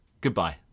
Goodbye